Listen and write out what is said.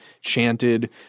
chanted